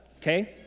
okay